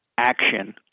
action